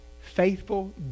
faithful